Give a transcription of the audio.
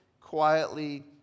quietly